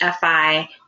FI